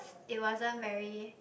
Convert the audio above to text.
it wasn't very